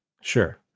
Sure